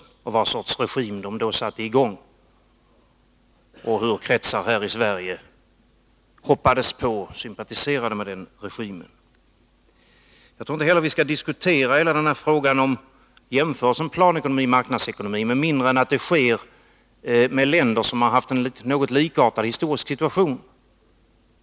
Han är tydligen omedveten om vad för sorts regim de då satte i gång och hur kretsar här i Sverige hoppades på och sympatiserade med den regimen. Jag tror inte heller att vi skall diskutera frågan om och göra jämförelser mellan planekonomi och marknadsekonomi med mindre än att det sker beträffande länder som har haft en något likartad historisk situation.